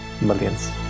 millions